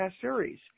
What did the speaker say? series